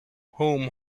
home